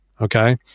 okay